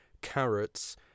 carrots